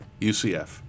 UCF